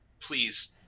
please